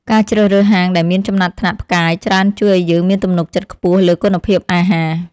ការជ្រើសរើសហាងដែលមានចំណាត់ថ្នាក់ផ្កាយច្រើនជួយឱ្យយើងមានទំនុកចិត្តខ្ពស់លើគុណភាពអាហារ។